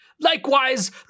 Likewise